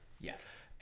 Yes